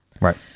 Right